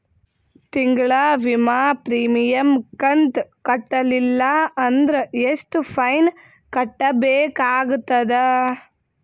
ತಿಂಗಳ ವಿಮಾ ಪ್ರೀಮಿಯಂ ಕಂತ ಕಟ್ಟಲಿಲ್ಲ ಅಂದ್ರ ಎಷ್ಟ ಫೈನ ಕಟ್ಟಬೇಕಾಗತದ?